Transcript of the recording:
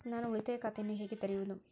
ನಾನು ಉಳಿತಾಯ ಖಾತೆಯನ್ನು ಹೇಗೆ ತೆರೆಯುವುದು?